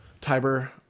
Tiber